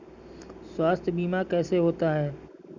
स्वास्थ्य बीमा कैसे होता है?